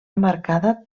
marcada